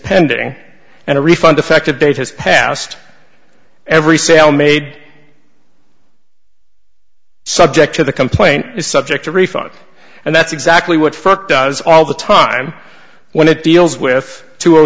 pending and a refund effect a date has passed every sale made subject to the complaint is subject to refund and that's exactly what fuck does all the time when it deals with two o